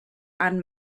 and